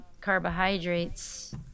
carbohydrates